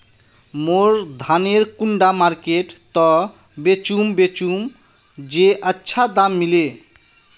मोर धानेर कुंडा मार्केट त बेचुम बेचुम जे अच्छा दाम मिले?